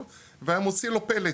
הכפתור והיה מוציא לו פלט.